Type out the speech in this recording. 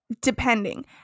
Depending